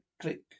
click